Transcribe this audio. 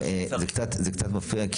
זה קצת מפריע,